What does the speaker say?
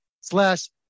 slash